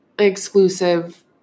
exclusive